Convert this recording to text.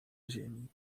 ziemi